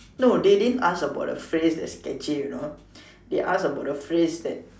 no they didn't ask about phrase that's catchy you know they ask about the phrase that